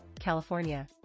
California